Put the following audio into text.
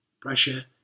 Pressure